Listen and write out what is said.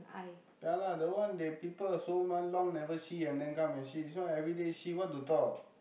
ya lah the one they people so w~ long never see and then come and see this one everyday see what to talk